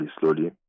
slowly